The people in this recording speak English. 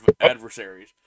adversaries